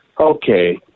Okay